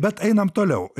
bet einam toliau